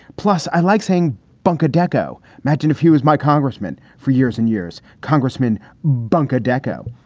plus, i like saying bunker decco maginn if he was my congressman for years and years, congressman bunker decco.